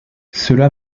cela